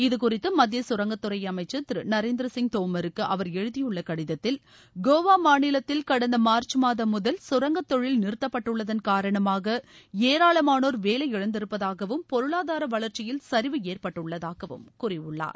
இது குறித்து மத்திய கரங்கத்துறை அமைச்ச் திரு நரேந்திர சிங் தோமருக்கு அவர் எழுதியுள்ள கடிதத்தில் கோவா மாநிலத்தில் கடந்த மார்ச் மாதம் முதல் சுரங்கத் தொழில் நிறுத்தப்பட்டுள்ளதன் காரணமாக வேலை இழந்திருப்பதாகவும் பொருளாதார வளர்ச்சியில் சரிவு ஏற்பட்டுள்ளதாகவும் கூறியுள்ளார்